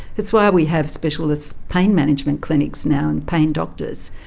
that's why we have specialist pain management clinics now and pain doctors.